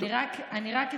אני רק אציין,